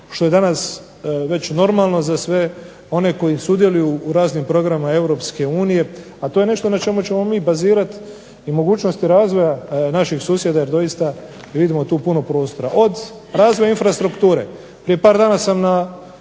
što je danas već normalno za sve one koji sudjeluju u raznim programima Europske unije, a to je nešto na čemu ćemo mi bazirati i mogućnosti razvoja naših susjeda jer doista ne vidimo tu puno prostora od razvoja infrastrukture. Prije par dana sam na